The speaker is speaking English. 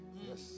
Yes